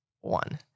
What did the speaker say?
One